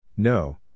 No